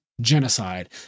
genocide